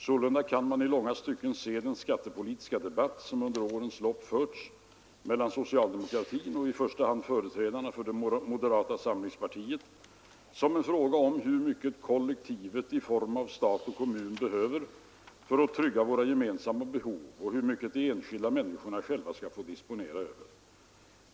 Sålunda kan man i långa stycken se den skattepolitiska debatt, som under årens lopp förts mellan socialdemokratin och i första hand företrädarna för moderata samlingspartiet, som en fråga om hur mycket kollektivet i form av stat och kommun behöver för att trygga våra gemensamma behov och hur mycket de enskilda människorna själva skall få disponera över.